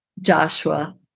Joshua